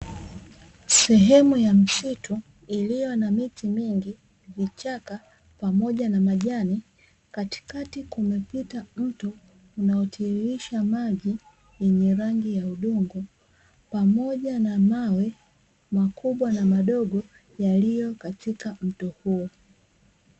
Sehemu ya msitu iliyo na miti mingi, vichaka pamoja na majani, katikati kumepita mto unaotiririsha maji yenye rangi ya udongo pamoja na mawe makubwa na madogo yaliyo katika mto huo.